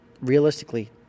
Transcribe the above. Realistically